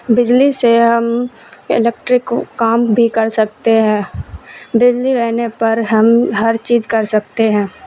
بجلی سے ہم الیکٹرک کام بھی کر سکتے ہیں بجلی رہنے پر ہم ہر چیز کر سکتے ہیں